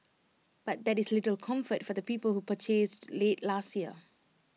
but that is little comfort for the people who purchased late last year